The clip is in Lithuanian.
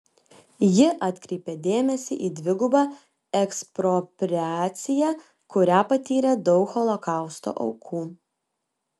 ji atkreipė dėmesį į dvigubą ekspropriaciją kurią patyrė daug holokausto aukų